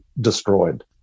destroyed